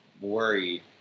worried